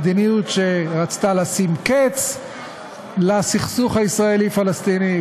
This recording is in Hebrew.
מדיניות שרצתה לשים קץ לסכסוך הישראלי פלסטיני,